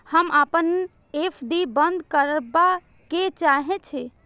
हम अपन एफ.डी बंद करबा के चाहे छी